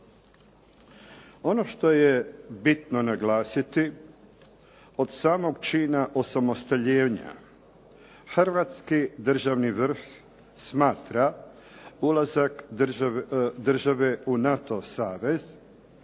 Ono što je bitno naglasiti, od samog čina osamostaljenja hrvatski državni vrh smatra ulazak države u NATO savez